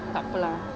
takpe ah